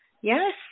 Yes